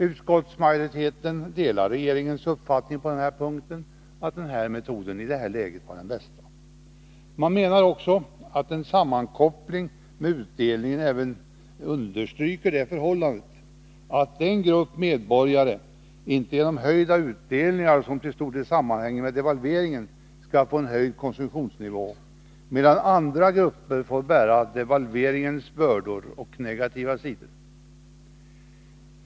Utskottsmajoriteten delar regeringens uppfattning om att den här metoden i detta läge är den bästa. Man menar också att en sammankoppling med utdelningen även understryker det förhållandet att en grupp medborgare inte genom höjda utdelningar, som till stor del sammanhänger med devalveringen, skall få en höjd konsumtionsnivå, medan andra grupper får bära devalveringens bördor och negativa sidor.